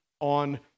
On